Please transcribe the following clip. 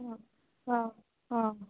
অঁ অঁ অঁ